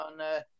on